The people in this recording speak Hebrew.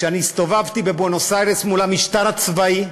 כשהסתובבתי בבואנוס-איירס מול המשטר הצבאי,